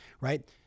right